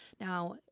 now